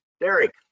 Derek